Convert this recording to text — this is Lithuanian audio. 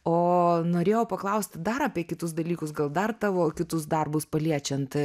o norėjau paklausti dar apie kitus dalykus gal dar tavo kitus darbus paliečiant